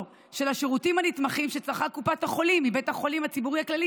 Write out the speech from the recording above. של השירותים הנתמכים שצרכה קופת החולים בבית החולים הציבורי הכללי